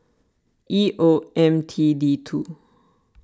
E O M T D two